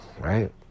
right